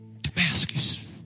Damascus